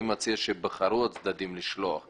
אני מציע לכתוב את המילים "בחרו הצדדים לשלוח".